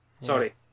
sorry